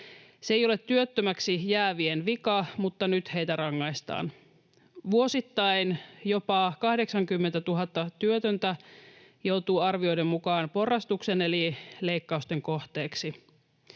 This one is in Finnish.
Se ei ole työttömäksi jäävien vika, mutta nyt heitä rangaistaan. Vuosittain jopa 80 000 työtöntä joutuu arvioiden mukaan porrastuksen eli leikkausten kohteeksi.